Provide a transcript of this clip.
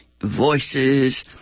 voices